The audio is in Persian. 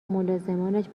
ملازمانش